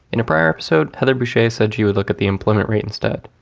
in a prior episode, heather boushey said she would look at the employment rate instead.